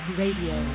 radio